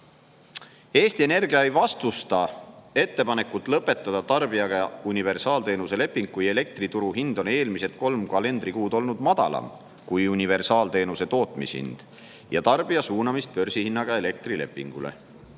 Eesti Energia ei vastusta [KM-i] ettepanekut lõpetada tarbijaga universaalteenuse leping, kui elektrituru hind on eelmised kolm kalendrikuud olnud madalam, kui universaalteenuse tootmishind ja tarbija suunamist börsihinnaga elektrilepingule.